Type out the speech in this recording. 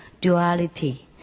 duality